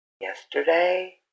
yesterday